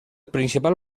principal